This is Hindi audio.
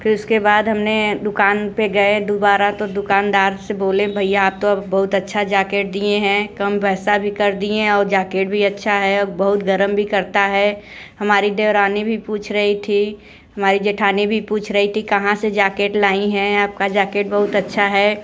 फिर उसके बाद हमने दुकान पे गए दुबारा तो दुकानदार से बोले भैया आप तो बहुत अच्छा जाकेट दिए हैं कम पैसा भी कर दिए और जाकेट भी अच्छा है बहुत गर्म भी करता है हमारी देवरानी भी पूछ रही थी हमारी जेठानी भी पूछ रही थी कहाँ से जाकेट लाई हैं आपका जाकेट बहुत अच्छा है